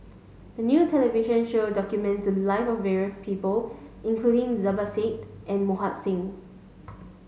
a new television show documented the lives of various people including Zubir Said and Mohan Singh